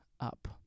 up